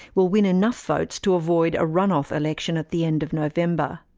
will win enough votes to avoid a run-off election at the end of november.